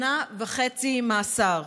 שנה וחצי מאסר,